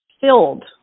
filled